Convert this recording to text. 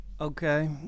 Okay